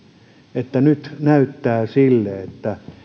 että nyt näyttää sille että